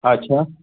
اَچھا